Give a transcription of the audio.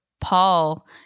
Paul